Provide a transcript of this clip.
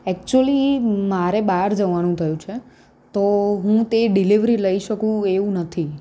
actually મારે બહાર જવાનું થયું છે તો હું તે ડિલેવરી લઈ શકું એવું નથી